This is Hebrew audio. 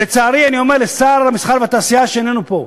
לצערי, אני אומר לשר המסחר והתעשייה, שאיננו פה,